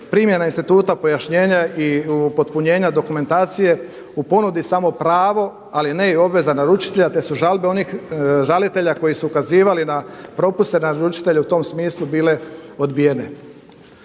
primjena instituta pojašnjenja i upotpunjenja dokumentacije u ponudi samo pravo, ali ne i obveza naručitelja te su žalbe onih žalitelja koji su ukazivali na propuste naručitelja u tom smislu bile odbijene.